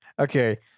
Okay